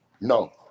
No